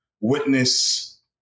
witness